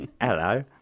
Hello